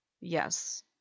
Yes